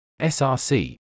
src